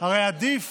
הרי עדיף